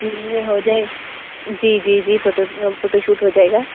जी हो जाए जी जी जी फोटो फोटोशूट हो जाएगा